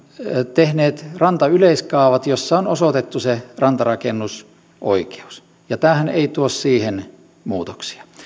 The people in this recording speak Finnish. tehneet rantayleiskaavat joissa on osoitettu se rantarakennusoikeus ja tämähän ei tuo siihen muutoksia